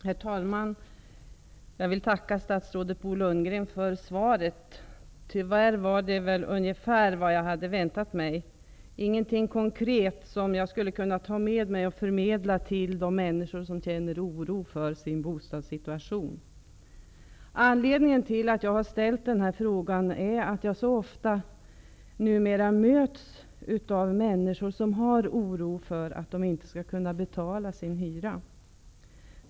Herr talman! Jag vill tacka statsrådet Bo Lundgren för svaret. Tyvärr var det ungefär vad jag hade väntat mig. Det innehöll inget konkret som jag skulle kunna ta med mig och förmedla till de människor som känner oro för sin bostadssituation. Anledningen till att jag har ställt denna fråga är att jag så ofta numera möts av människor som är oroliga för att de inte skall kunna betala sin hyra.